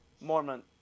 Mormon